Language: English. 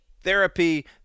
therapy